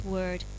Word